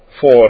four